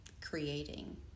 creating